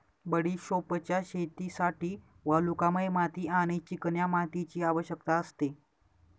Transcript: बडिशोपच्या शेतीसाठी वालुकामय माती आणि चिकन्या मातीची आवश्यकता असते